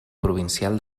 provincial